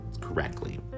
correctly